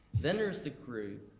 then there's the group